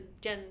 Gen